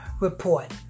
report